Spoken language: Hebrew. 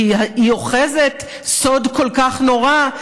כי היא אוחזת סוד כל כך נורא,